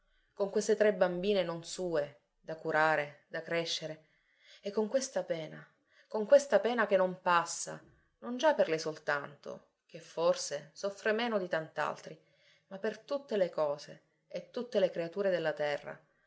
con queste tre bambine non sue da curare da crescere e con questa pena con questa pena che non passa non già per lei soltanto che forse soffre meno di tant'altri ma per tutte le cose e tutte le creature della terra